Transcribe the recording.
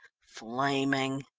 flaming.